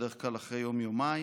בדרך כלל אחרי יום-יומיים,